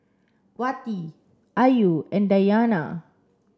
Wati Ayu and Dayana